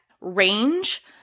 range